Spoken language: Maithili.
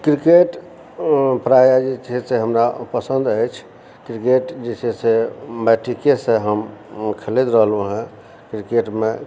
क्रिकेट प्रायः जे छै से हमरा पसन्द अछि क्रिकेट जे छै से मैट्रीके से हम खेलैत रहलहुँ हँ क्रिकेटमे